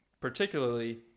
particularly